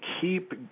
keep